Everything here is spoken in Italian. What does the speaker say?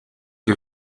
che